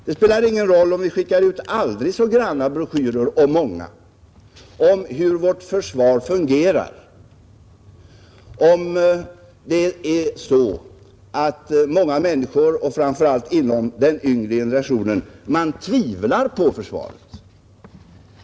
Det spelar ingen roll om vi skickar ut aldrig så granna och aldrig så många broschyrer om hur vårt försvar fungerar ifall det är så att många människor — framför allt inom den yngre generationen — tvivlar på försvaret.